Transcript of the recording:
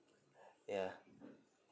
yeah